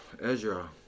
Ezra